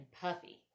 puffy